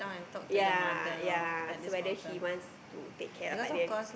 ya ya so whether he want to take care of like the